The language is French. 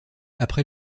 après